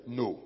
no